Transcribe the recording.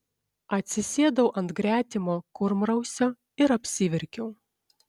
atsisėdau ant gretimo kurmrausio ir apsiverkiau